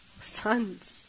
Sons